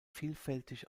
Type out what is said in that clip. vielfältig